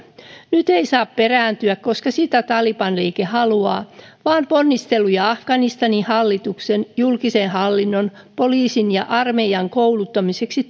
nyt ei saa perääntyä koska sitä taliban liike haluaa vaan ponnisteluja afganistanin hallituksen julkisen hallinnon poliisin ja armeijan kouluttamiseksi